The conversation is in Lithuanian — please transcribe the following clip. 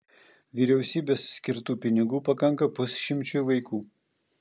vyriausybės skirtų pinigų pakanka pusšimčiui vaikų